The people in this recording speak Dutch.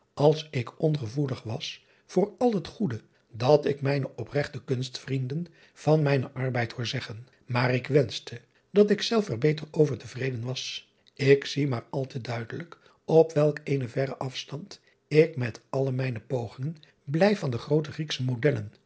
als ik ongevoelig was voor al het goede dat ik mijne opregte kunstvrienden van mijnen arbeid hoor zeggen maar ik wenschte dat ik zelf er beter over te vreden was k zie maar al te duidelijk op welk eenen verren afstand ik met alle mijne pogingen blijf van de groote rieksche modellen